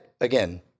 again